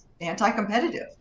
anti-competitive